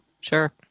Sure